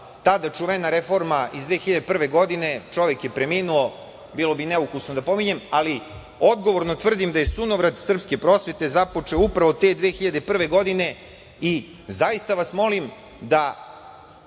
tada čuvena reforma iz 2001. godine, čovek je preminuo, bilo bi neukusno da pominjem, ali odgovornom tvrdim da je sunovrat srpske prosvete započeo upravo te 2001. godine. Zaista vas molim da